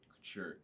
Sure